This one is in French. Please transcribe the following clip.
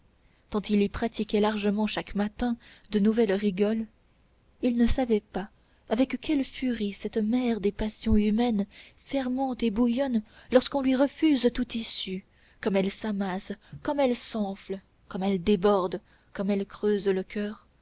tant il y pratiquait largement chaque matin de nouvelles rigoles il ne savait pas avec quelle furie cette mer des passions humaines fermente et bouillonne lorsqu'on lui refuse toute issue comme elle s'amasse comme elle s'enfle comme elle déborde comme elle creuse le coeur